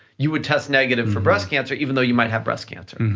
you would test negative for breast cancer, even though you might have breast cancer,